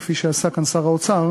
כפי שעשה כאן שר האוצר,